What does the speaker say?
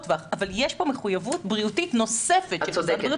טווח אבל יש פה מחויבות בריאותית נוספת של משרד הבריאות,